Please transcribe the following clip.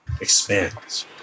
Expands